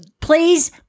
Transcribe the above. please